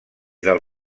del